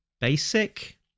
basic